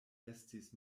estis